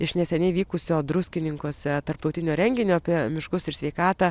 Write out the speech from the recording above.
iš neseniai vykusio druskininkuose tarptautinio renginio apie miškus ir sveikatą